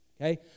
Okay